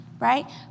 Right